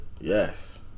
Yes